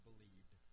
believed